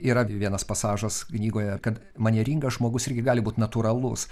yra vienas pasažas knygoje kad manieringas žmogus irgi gali būt natūralus